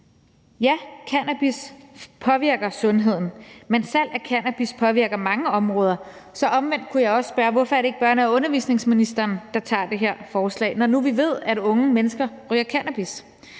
Ja, cannabis påvirker sundheden, men salg af cannabis påvirker mange områder. Så dermed kunne jeg også spørge: Hvorfor er det ikke børne- og undervisningsministeren, der tager det her forslag, når nu vi ved, at unge mennesker ryger cannabis?